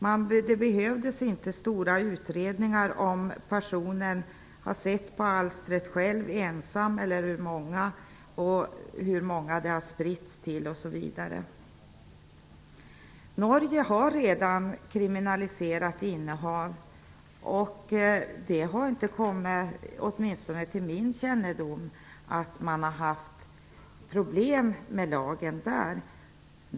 Man skulle då inte behöva göra omfattande utredningar för att konstatera om personen tittat på alstret ensam eller tillsammans med andra, hur många det spritts till osv. Norge har redan kriminaliserat innehav. Det har åtminstone inte kommit till min kännedom att man haft problem med lagen.